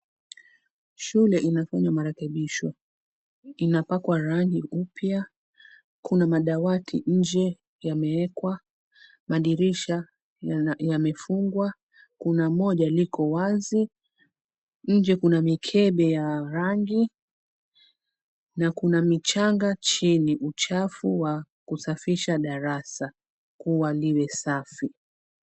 Shule inafanywa marekebisho. Inapakwa rangi upya. Kuna madawati nje yameekwa, madirisha yamefungwa, kuna moja liko wazi. Nje kuna mikebe ya rangi na kuna michanga chini, uchafu kusafisha darasa kuwa liwe safi.